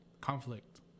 conflict